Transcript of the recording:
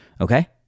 Okay